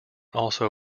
also